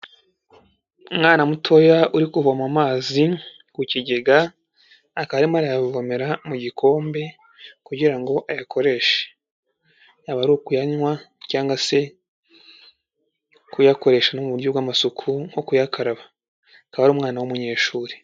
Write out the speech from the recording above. Umwana mutoya uri kuvoma amazi ku kigega, akaba arimo arayavomera mu gikombe kugira ngo ayakoreshe. Yaba ari ukuyanywa cyangwa se kuyakoresha no mu buryo bw'amasuku, nko kuyakaraba. Akaba ari umwana w'umunyeshuri.